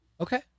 Okay